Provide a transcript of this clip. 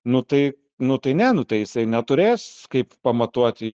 nu tai nu tai ne nu tai jisai neturės kaip pamatuoti